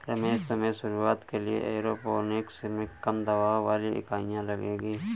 रमेश तुम्हें शुरुआत के लिए एरोपोनिक्स में कम दबाव वाली इकाइयां लगेगी